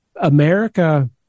America